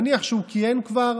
נניח שהוא כיהן כבר